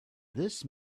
this